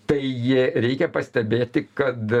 taigi reikia pastebėti kad